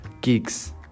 Geeks